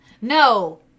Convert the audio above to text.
No